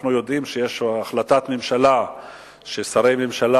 אנחנו יודעים שיש החלטת ממשלה ששרי ממשלה